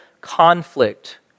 conflict